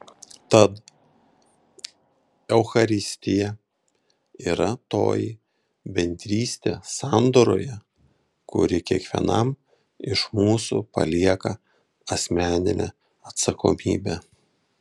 tad eucharistija yra toji bendrystė sandoroje kuri kiekvienam iš mūsų palieka asmeninę atsakomybę